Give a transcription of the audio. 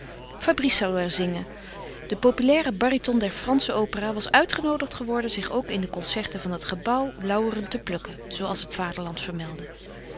fabrice zou er zingen de populaire baryton der fransche opera was uitgenoodigd geworden zich ook in de concerten van het gebouw lauweren te plukken zooals het vaderland vermeldde